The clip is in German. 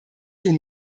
den